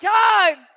time